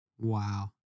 Wow